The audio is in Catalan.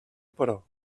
però